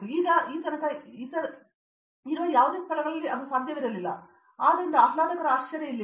ಈಗ ತನಕ ಇರುವ ಯಾವುದೇ ಸ್ಥಳಗಳಲ್ಲಿ ಸಾಧ್ಯವಿರಲಿಲ್ಲ ಆದ್ದರಿಂದ ಆಹ್ಲಾದಕರ ಆಶ್ಚರ್ಯ ಇಲ್ಲಿದೆ